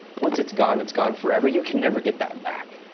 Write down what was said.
once it's gone, it's gone forever. you can never get that back.